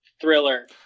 thriller